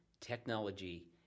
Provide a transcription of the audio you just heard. technology